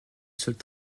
seule